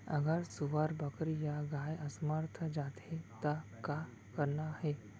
अगर सुअर, बकरी या गाय असमर्थ जाथे ता का करना हे?